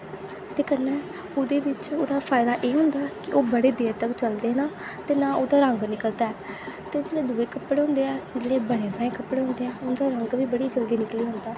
ते कन्नै ओह्दे बिच्च ओह्दा फैदा एह् होंदा कि ओह् बड़े देर तक चलदे न ते नां ओह्दा रंग निकलदा ते जेह्ड़ा दुऐ कपडे होंदे ऐ जेह्ड़े बने बनाए कपडे होंदे उं'दा रंग बी बड़ी जल्दी निकली जंदा ऐ